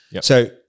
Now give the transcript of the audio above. So-